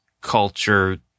culture